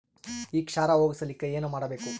ಈ ಕ್ಷಾರ ಹೋಗಸಲಿಕ್ಕ ಏನ ಮಾಡಬೇಕು?